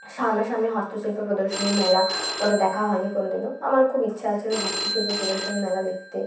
সামনা সামনি হস্তশিল্প প্রদর্শনী মেলা ওটা দেখা হয়নি কোনোদিনও আমার খুব ইচ্ছা আছে ওই হস্তশিল্প প্রদর্শনী মেলা দেখতে